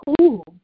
Cool